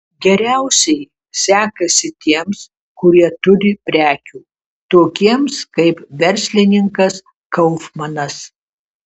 geriausiai sekasi tiems kurie turi prekių tokiems kaip verslininkas kaufmanas